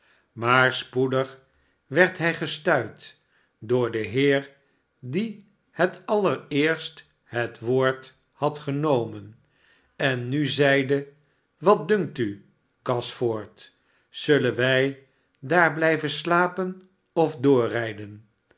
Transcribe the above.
rnaar spoedig werd hij gestuit door den heer die het allereerst het woord had genomen en nu zeide wat dunkt u gashford zullen wij daar blijven slapen of doorrijden